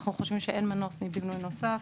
אנחנו חושבים שאין מנוס מבינוי נוסף.